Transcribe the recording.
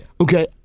Okay